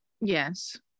Yes